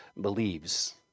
believes